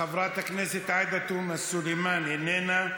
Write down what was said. חברת הכנסת עאידה תומא סלימאן, איננה.